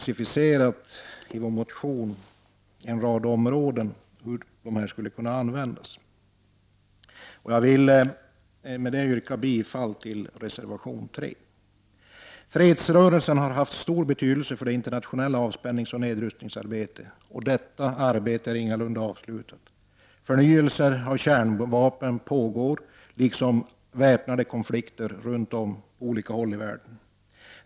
Vi har i vår motion specificerat hur de pengarna skulle kunna användas på en rad områden. Med detta vill jag yrka bifall till reservation nr 3. Fredsrörelsen har haft stor betydelse för det internationella avspänningsoch nedrustningsarbetet, och detta arbete är ingalunda avslutat. Förnyelse av kärnvapen liksom väpnade konflikter pågår på olika håll runt om i världen.